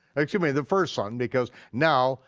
excuse me the first son, because now